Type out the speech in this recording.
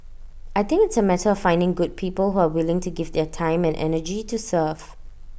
I think it's A matter of finding good people who are willing to give their time and energy to serve